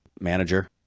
manager